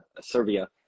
Serbia